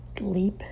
leap